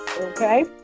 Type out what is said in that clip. Okay